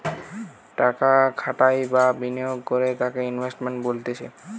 টাকা খাটাই বা বিনিয়োগ করে তাকে ইনভেস্টমেন্ট বলতিছে